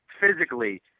physically